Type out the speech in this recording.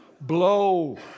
Blow